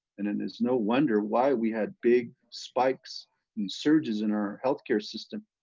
and and it's no wonder why we had big spikes and surges in our healthcare system.